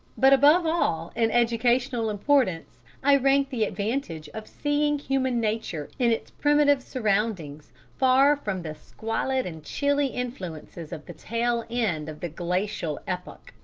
but above all in educational importance i rank the advantage of seeing human nature in its primitive surroundings, far from the squalid and chilly influences of the tail-end of the glacial epoch.